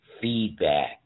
feedback